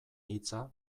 hitza